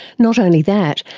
not only that,